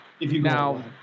Now